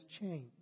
change